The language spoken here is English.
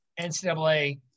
NCAA